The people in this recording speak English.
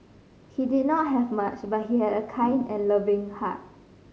he did not have much but he had a kind and loving heart